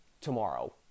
tomorrow